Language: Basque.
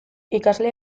ikasle